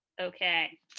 Okay